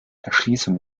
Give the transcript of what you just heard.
erschließung